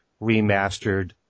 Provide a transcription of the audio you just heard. remastered